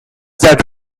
that